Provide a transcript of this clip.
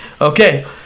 Okay